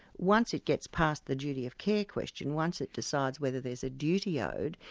once it gets past the duty of care question, once it decides whether there's a duty owed,